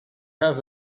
have